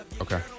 okay